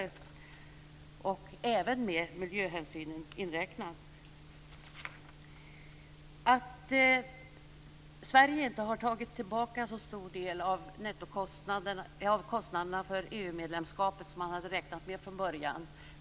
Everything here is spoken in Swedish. Då är även miljöhänsynen inräknad. Både Miljöpartiet och Vänsterpartiet vet vad det beror på att Sverige inte har tagit tillbaka en så stor del av kostnaderna för EU-medlemskapet som man hade räknat med från början.